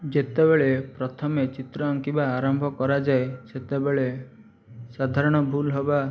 ଯେତେବେଳେ ପ୍ରଥମେ ଚିତ୍ର ଆଙ୍କିବା ଆରମ୍ଭ କରାଯାଏ ସେତେବେଳେ ସାଧାରଣ ଭୁଲ ହେବା